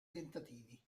tentativi